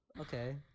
okay